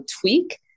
tweak